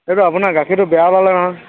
সেইটো আপোনাৰ গাখীৰটো বেয়া ওলালে নহয়